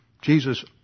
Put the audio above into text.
Jesus